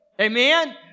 Amen